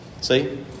See